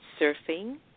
surfing